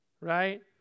right